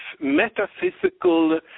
metaphysical